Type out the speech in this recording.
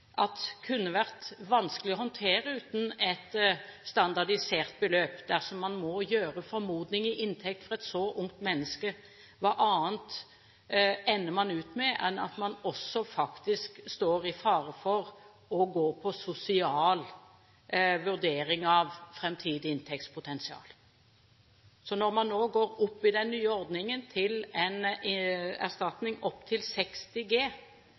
kunne vært vanskelig å håndtere uten et standardisert beløp. Dersom man må gjøre formodninger om inntekt for et så ungt menneske, hva annet ender man opp med enn at man faktisk står i fare for å gå på sosial vurdering av framtidig inntektspotensial? Når man nå i den nye ordningen går opp til en erstatning på opptil 60 G,